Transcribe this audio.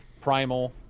Primal